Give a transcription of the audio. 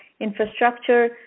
infrastructure